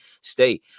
stay